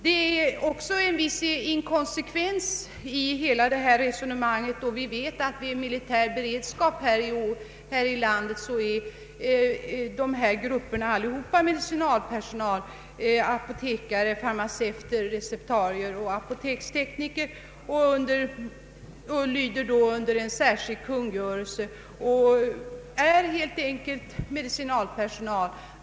Det är också en viss inkonsekvens i hela resonemanget kring denna fråga, då vi vet att vid militär beredskap i detta land är apotekare, farmaceuter, receptarier och apotekstekniker allesammans medicinalpersonal och lyder då under en särskild kungörelse.